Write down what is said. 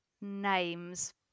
names